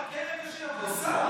חכה רגע שיבוא שר.